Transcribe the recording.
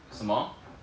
什么